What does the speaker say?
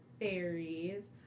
fairies